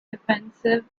defensive